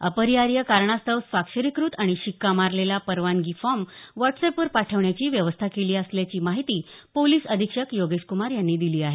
अपरिहार्य कारणास्तव स्वाक्षरीकृत आणि शिक्का मारलेला परवानगी फॉर्म व्हॉट्सअॅ पवर पाठवण्याची व्यवस्था केली असल्याची माहिती पोलिस अधीक्षक योगेश कुमार यांनी दिली आहे